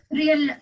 real